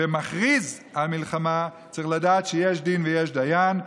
ומכריז על מלחמה צריך לדעת שיש דין ויש דיין,